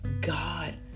God